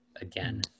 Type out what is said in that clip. again